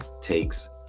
takes